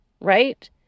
right